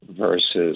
versus